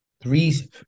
three